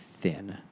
thin